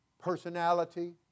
personality